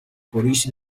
police